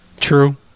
True